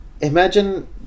Imagine